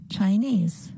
Chinese